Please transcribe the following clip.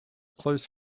close